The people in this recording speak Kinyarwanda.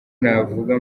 navuga